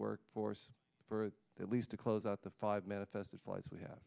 workforce for at least to close out the five manifested flights we have